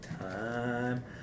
time